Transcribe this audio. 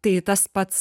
tai tas pats